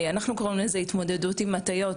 אנחנו קוראים לזה התמודדות עם הטיות.